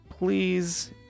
Please